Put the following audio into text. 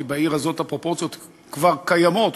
כי בעיר הזאת הפרופורציות כבר קיימות,